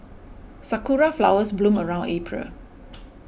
sakura flowers bloom around April